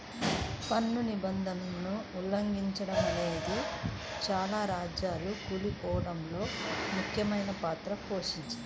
పన్ను నిబంధనలను ఉల్లంఘిచడమనేదే చాలా రాజ్యాలు కూలిపోడంలో ముఖ్యమైన పాత్ర పోషించింది